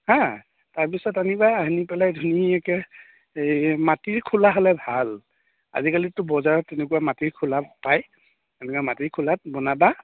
হাঁ তাৰ পিছত আনিবা আনি পেলাই ধুনীয়াকৈ এই মাটিৰ খোলা হ'লে ভাল আজিকালিতো বজাৰত এনেকুৱা মাটিৰ খোলা পাই তেনেকা মাটিৰ খোলাত বনাবা